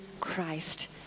Christ